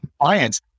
clients